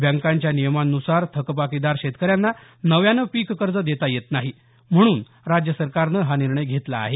बँकांच्या नियमान्सार थकबाकीदार शेतकऱ्यांना नव्यानं पिक कर्ज देता येत नाही म्हणून राज्य सरकारनं हा निर्णय घेतला आहे